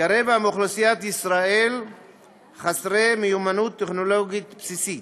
כרבע מאוכלוסיית ישראל חסרי מיומנות טכנולוגית בסיסית,